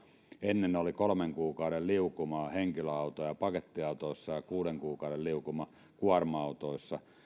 ennen oli kolmen kuukauden liukuma henkilöautoissa ja pakettiautoissa ja kuuden kuukauden liukuma kuorma autoissa